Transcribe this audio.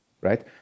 right